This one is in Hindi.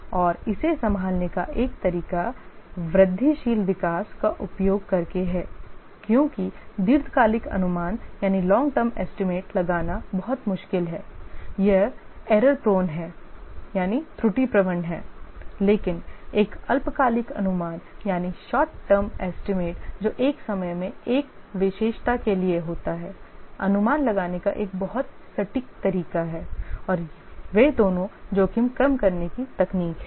और इसे संभालने का एक तरीका वृद्धिशील विकास का उपयोग करके है क्योंकि दीर्घकालिक अनुमान लगाना बहुत मुश्किल है यह त्रुटि प्रवण है लेकिन एक अल्पकालिक अनुमान जो एक समय में एक विशेषता के लिए होता है अनुमान लगाने का एक बहुत सटीक तरीका है और वे दोनो जोखिम कम करने की तकनीक हैं